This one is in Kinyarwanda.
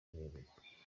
rurerure